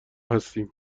هستیم